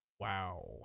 Wow